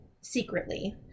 secretly